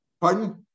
Pardon